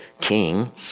king